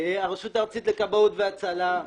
הרשות הארצית לכבאות והצלה,